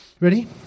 Ready